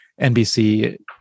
NBC